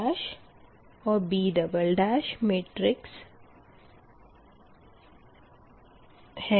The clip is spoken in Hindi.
B और B मेटिरिस्स है